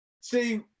See